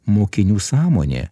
mokinių sąmonė